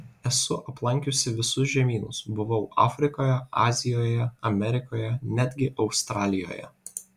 esu aplankiusi visus žemynus buvau afrikoje azijoje amerikoje netgi australijoje